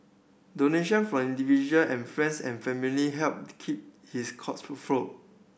donation from individual and friends and family helped keep his cause afloat